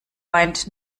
weint